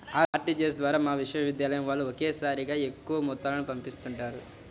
RTGS ద్వారా మా విశ్వవిద్యాలయం వాళ్ళు ఒకేసారిగా ఎక్కువ మొత్తాలను పంపిస్తుంటారు